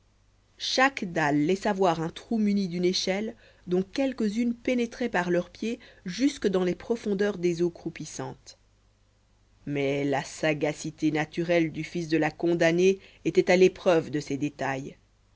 chaque dalle laissa voir un trou muni d'une échelle dont quelques-unes pénétraient par leur pied jusque dans les profondeurs des eaux croupissantes mais la sagacité naturelle du fils de la condamnée était à l'épreuve de ces détails